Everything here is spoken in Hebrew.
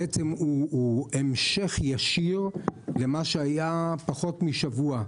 והוא המשך ישיר למה שהיה לפני פחות משבוע: